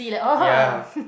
ya